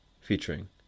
featuring